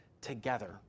together